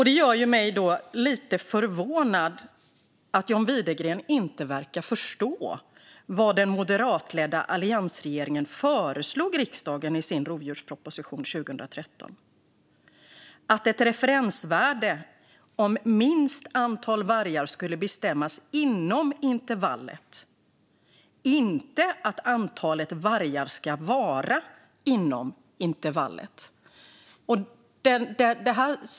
Det gör mig därför lite förvånad att John Widegren inte verkar förstå vad den moderatledda alliansregeringen föreslog riksdagen i sin rovdjursproposition 2013: att ett referensvärde om minsta antal vargar skulle bestämmas inom intervallet, och inte att antalet vargar ska vara inom intervallet.